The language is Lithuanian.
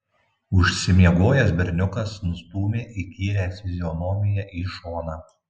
užsimiegojęs berniukas nustūmė įkyrią fizionomiją į šoną